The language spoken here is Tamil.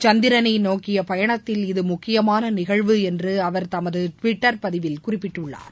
சந்திரனை நோக்கிய பயணத்தில் இது முக்கியமான நிகழ்வு என்று அவர் தமது டிவிட்டர் பதிவில் குறிப்பிட்டுள்ளார்